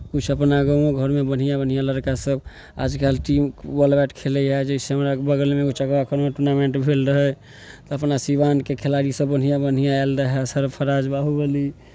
किछु अपना गाँवो घरमे बढ़िआँ बढ़िआँ लड़कासभ आजकल टीम बॉल बैट खेलैए जैसे हमरा अरके बगलमे टूर्नामेंट भेल रहै तऽ अपना सिवानके खेलाड़ीसभ बढ़िआँ बढ़िआँ आयल रहै सरफ़राज बाहुबली